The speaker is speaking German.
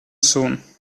sohn